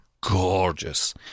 gorgeous